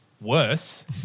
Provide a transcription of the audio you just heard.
worse